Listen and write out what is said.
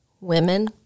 women